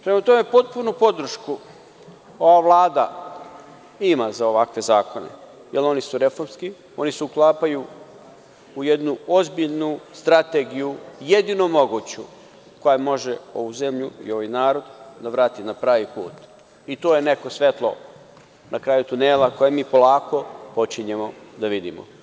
Prema tome, potpunu podršku ova Vlada ima za ovakve zakone, jer oni su reformski, oni se uklapaju u jednu ozbiljnu strategiju, jedinu moguću koja može ovu zemlju i ovaj narod da vrati na pravi put, i to je neko svetlo na kraju tunela koje mi polako počinjemo da vidimo.